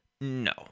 No